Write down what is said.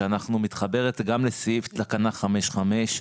שמתחברת גם לתקנה 5(5),